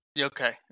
Okay